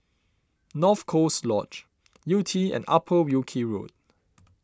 North Coast Lodge Yew Tee and Upper Wilkie Road